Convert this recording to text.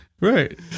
Right